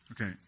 Okay